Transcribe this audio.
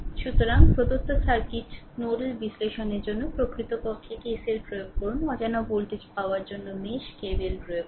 সুতরাং প্রদত্ত circuit nodal বিশ্লেষণের জন্য প্রকৃতপক্ষে KCL প্রয়োগ করুন অজানা ভোল্টেজ পাওয়ার জন্য মেশ KVL প্রয়োগ করুন